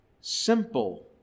Simple